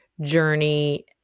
journey